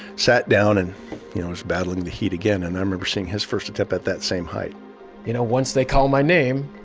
sat down and was battling the heat again and i remember seeing his first attempt at that same height you know, once they call my name,